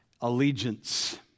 allegiance